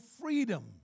freedom